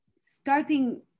starting